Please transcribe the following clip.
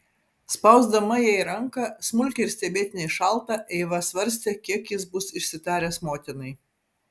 spausdama jai ranką smulkią ir stebėtinai šaltą eiva svarstė kiek jis bus išsitaręs motinai